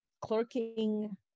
clerking